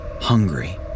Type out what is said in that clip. hungry